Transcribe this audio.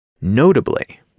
Notably